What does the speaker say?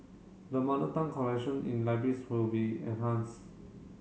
the Mother Tongue collection in libraries will be enhanced